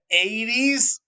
80s